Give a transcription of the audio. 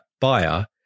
buyer